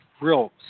real